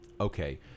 Okay